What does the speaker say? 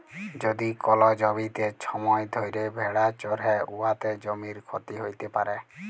যদি কল জ্যমিতে ছময় ধ্যইরে ভেড়া চরহে উয়াতে জ্যমির ক্ষতি হ্যইতে পারে